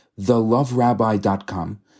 TheLoveRabbi.com